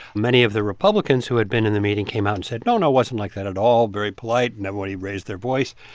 many of the republicans who had been in the meeting came out and said, no, no wasn't like that at all. very polite. nobody raised their voice.